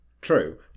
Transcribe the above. True